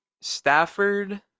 Stafford